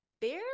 barely